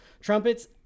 trumpets